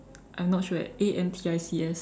I'm not sure eh A N T I C S